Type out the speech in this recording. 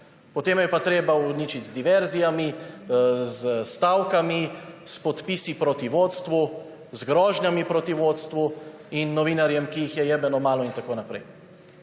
potem jo je pa treba uničiti z diverzijami, s stavkami, s podpisi proti vodstvu, z grožnjami proti vodstvu in novinarji, ki jih je »jebeno malo« in tako naprej.